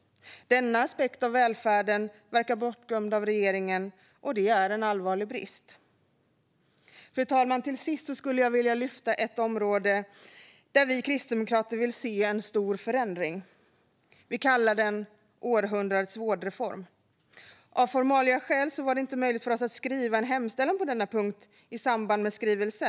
Denna aspekt av välfärden verkar bortglömd av regeringen, och det är en allvarlig brist. Fru talman! Till sist ska jag ta upp ett område där vi kristdemokrater vill se en stor förändring. Vi kallar den århundradets vårdreform. Av formaliaskäl var det inte möjligt för oss att skriva en hemställan på denna punkt i samband med skrivelsen.